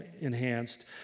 enhanced